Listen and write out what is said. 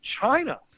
China